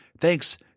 thanks